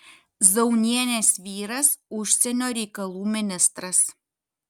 zaunienės vyras užsienio reikalų ministras